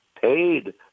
paid